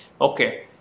Okay